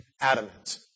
adamant